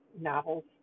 novels